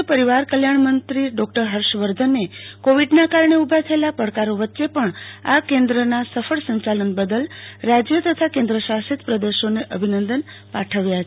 આરોગ્ય અને પરિવાર કલ્યાણ મંત્રી ડોક્ટર હર્ષવર્ધનને કોવીડના કારણે ઉભા થયેલા પડકારો વચ્ચે પણ આ કેન્દ્રોના સફળ સંચાલન બદલ રાજ્યો તથા કેન્દ્રશાષિત પ્રદેશોને અભિનંદન પાઠવ્યા છે